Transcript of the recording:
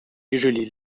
usually